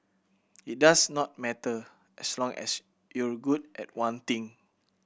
it does not matter as long as you're good at one thing